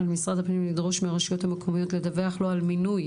על משרד הפנים לדרוש מהרשויות המקומיות לדווח לו על מינוי